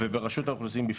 וברשות האוכלוסין בפרט.